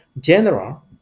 general